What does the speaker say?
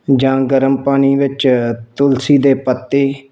ਜਾਂ ਗਰਮ ਪਾਣੀ ਵਿੱਚ ਤੁਲਸੀ ਦੇ ਪੱਤੇ